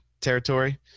territory